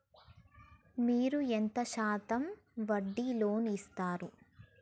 మీరు ఎంత శాతం వడ్డీ లోన్ ఇత్తరు?